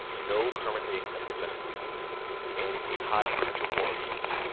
no currently accepted medical use and a high potential for abuse.